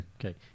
Okay